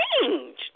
changed